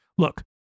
Look